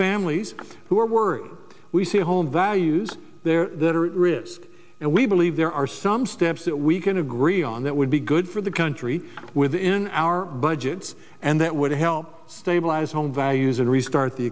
families who are word we see home values that are risky and we believe there are some steps that we can agree on that would be good for the country within our budgets and that would help stabilize home values and restart the